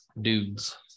dudes